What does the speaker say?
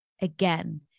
Again